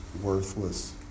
worthless